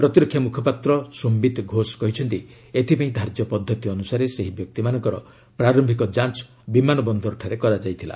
ପ୍ରତିରକ୍ଷା ମୁଖପାତ୍ର ସୋନ୍ଧିତ୍ ଘୋଷ କହିଛନ୍ତି ଏଥିପାଇଁ ଧାର୍ଯ୍ୟ ପଦ୍ଧତି ଅନୁସାରେ ସେହି ବ୍ୟକ୍ତିମାନଙ୍କର ପ୍ରାର୍ୟିକ ଯାଞ୍ଚ ବିମାନବନ୍ଦରଠାରେ କରାଯାଇଥିଲା